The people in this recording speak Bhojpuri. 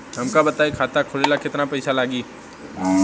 हमका बताई खाता खोले ला केतना पईसा लागी?